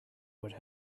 would